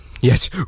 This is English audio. yes